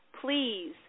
please